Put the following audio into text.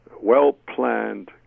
well-planned